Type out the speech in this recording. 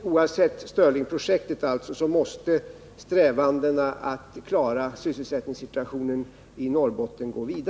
Oavsett stirlingprojektet måste strävandena att klara sysselsättningssituationen i Norrbotten fortsätta.